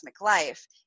life